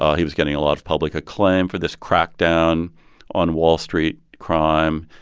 ah he was getting a lot of public acclaim for this crackdown on wall street crime.